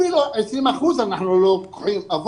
אפילו 20 אחוזים אנחנו לא לוקחים אבל